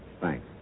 Thanks